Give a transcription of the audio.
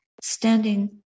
standing